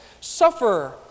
Suffer